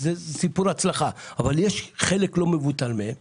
אבל יש חלק לא מבוטל מהם